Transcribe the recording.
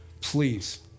Please